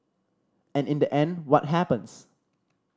and in the end what happens